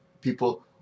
People